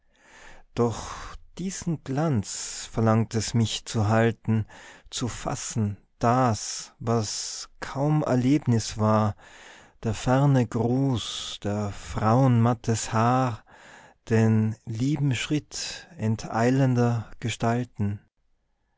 doch diesen glanz verlangt es mich zu halten zu fassen das was kaum erlebnis war der ferne gruß der frauen mattes haar den lieben schritt enteilender gestalten